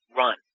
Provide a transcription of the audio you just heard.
run